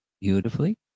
beautifully